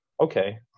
Okay